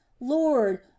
lord